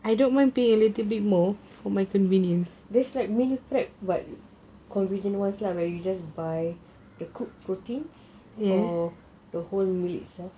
there's like meal prep but convenience wise you just buy the cooked proteins or the whole meal itself